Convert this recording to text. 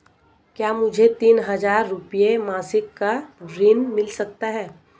क्या मुझे तीन हज़ार रूपये मासिक का ऋण मिल सकता है?